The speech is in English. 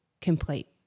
complete